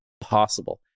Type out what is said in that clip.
possible